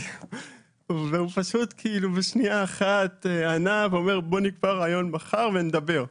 הוא בשנייה אחת ענה ואמר בוא נקבע ראיון ונדבר.